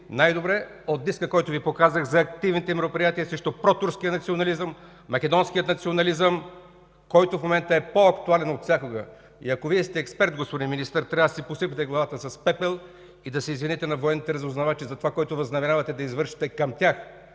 най-добре от диска, който Ви показах за активните мероприятия срещу протурския национализъм, македонския национализъм, който в момента е по-актуален от всякога. И, ако Вие сте експерт, господин Министър, трябва да си посипете главата с пепел и да се извините на военните разузнавачи за това, което възнамерявате да извършите към тях